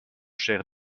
cher